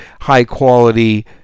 high-quality